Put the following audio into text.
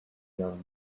young